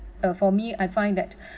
uh for me I find that